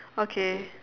okay